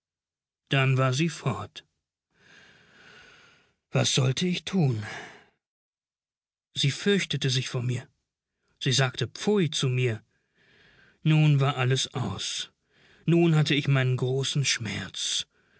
dann war sie fort was sollte ich tun sie fürchtete sich vor mir sie sagte pfui zu mir nun war alles aus nun hatte ich meinen großen schmerz